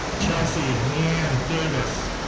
chelsea liane davis.